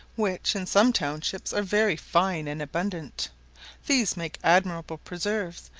which, in some townships, are very fine and abundant these make admirable preserves,